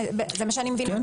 כן.